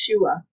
Yeshua